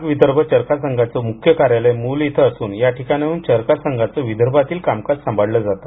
नाग विदर्भ चरखा संघाचे मुख्य कार्यालय मुल इथं असूनया ठिकाणाहून चरखा संघाचं विदर्भातील कामकाज सांभाळलं जातं